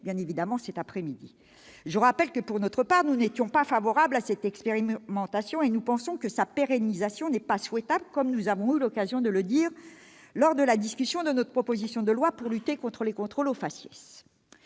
pas aborder cet après-midi. Je rappellerai que, pour notre part, nous n'étions pas favorables à cette expérimentation. Nous jugeons que sa pérennisation n'est pas souhaitable, comme nous avons eu l'occasion de le dire lors de la discussion de notre proposition de loi relative à la lutte contre les contrôles au faciès.